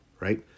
right